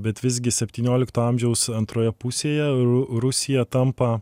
bet visgi septyniolikto amžiaus antroje pusėje rusija tampa